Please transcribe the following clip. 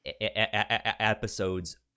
episodes